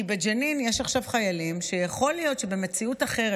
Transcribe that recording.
כי בג'נין יש עכשיו חיילים שיכול להיות שבמציאות אחרת,